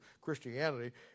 Christianity